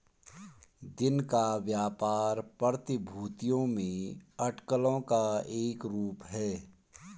दिन का व्यापार प्रतिभूतियों में अटकलों का एक रूप है